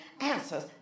answers